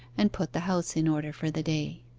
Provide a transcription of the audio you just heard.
and put the house in order for the day.